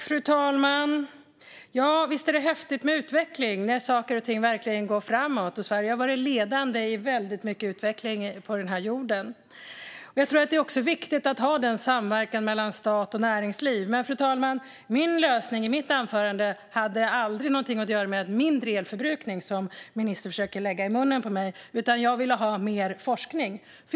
Fru talman! Ja, visst är det häftigt med utveckling och när saker och ting verkligen går framåt! Sverige har varit ledande i väldigt mycket utveckling på den här jorden. Jag tror också att det är viktigt att ha en samverkan mellan stat och näringsliv. Fru talman! Lösningen i mitt anförande hade aldrig någonting med mindre elförbrukning att göra, som ministern försöker påstå, utan jag ville ha mer forskning.